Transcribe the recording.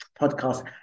podcast